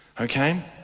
Okay